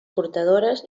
portadores